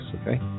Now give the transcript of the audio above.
okay